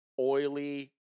oily